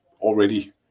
already